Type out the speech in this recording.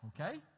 okay